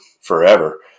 forever